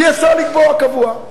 אי-אפשר לקבוע קבוע.